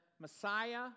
Messiah